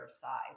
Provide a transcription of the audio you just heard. side